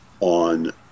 on